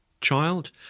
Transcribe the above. child